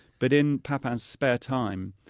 but in papin's spare time,